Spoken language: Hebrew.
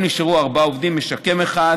נשארו ארבעה עובדים, משקם אחד